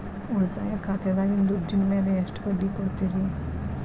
ಉಳಿತಾಯ ಖಾತೆದಾಗಿನ ದುಡ್ಡಿನ ಮ್ಯಾಲೆ ಎಷ್ಟ ಬಡ್ಡಿ ಕೊಡ್ತಿರಿ?